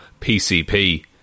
PCP